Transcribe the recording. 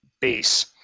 base